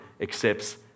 accepts